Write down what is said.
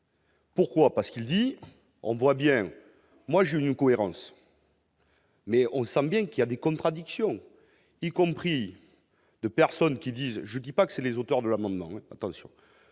Pourquoi, parce qu'il dit, on voit bien, moi je ne cohérence. Mais au sein bien qu'il y a des contradictions, y compris de personnes qui disent je dis pas que c'est les auteurs de l'amendement attention